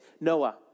Noah